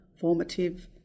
formative